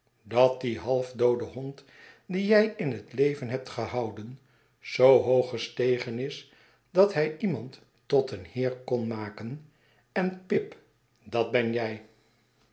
dat die halfdoode hond dien jij in het leven hebt gehouden zoo hoog gestegen is dat hij iemand tot een heer kon maken en pip dat ben jij